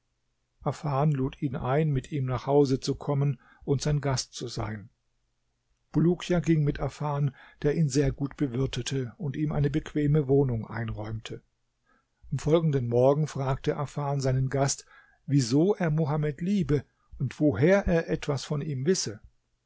afan lud ihn ein mit ihm nach hause zu kommen und sein gast zu sein bulukia ging mit afan der ihn sehr gut bewirtete und ihm eine bequeme wohnung einräumte am folgenden morgen fragte afan seinen gast wieso er mohammed liebe und woher er etwas von ihm wisse